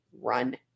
run